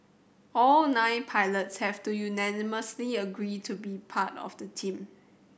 all nine pilots have to unanimously agree to be part of the team